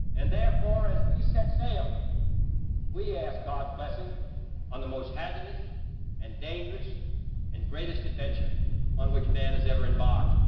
and, therefore, as we set sail we ask god's blessing on the most hazardous and dangerous and greatest adventure on which man has ever embarked.